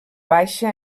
baixa